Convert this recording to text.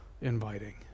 inviting